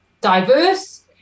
diverse